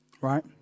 right